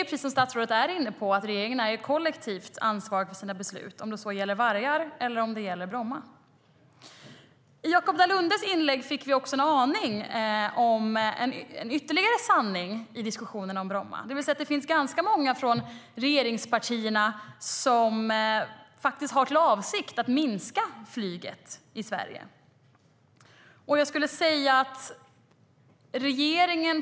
Precis som statsrådet är inne på är regeringen kollektivt ansvarig för sina beslut, oavsett om det gäller vargar eller Bromma.Genom Jakop Dalundes inlägg fick vi också en aning om ytterligare en sanning i diskussionen om Bromma, och det är att det finns ganska många från regeringspartierna som har för avsikt att minska flygandet i Sverige.